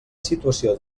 situació